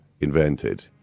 invented